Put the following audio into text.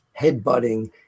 headbutting